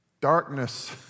Darkness